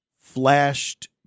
flashed